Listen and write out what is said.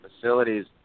facilities